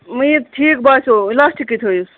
وۄنۍ یہِ ٹھیٖک باسیو اِلاسٹِکٕے تھٲیوٗس